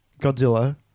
Godzilla